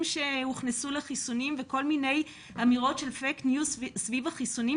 שהוכנסו לחיסונים וכל מיני אמירות של פייק ניוז סביב החיסונים